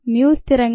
5 mu mu స్థిరంగా 0